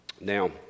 Now